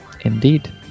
Indeed